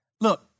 Look